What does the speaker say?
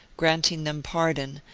granting them pardon,